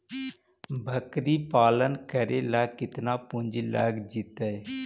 बकरी पालन करे ल केतना पुंजी लग जितै?